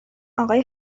آقای